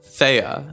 Thea